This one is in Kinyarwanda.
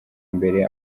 mbere